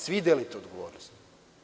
Svi delite odgovornost.